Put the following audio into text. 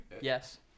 Yes